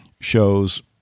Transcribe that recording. shows